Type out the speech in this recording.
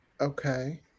Okay